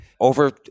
over